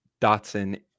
Dotson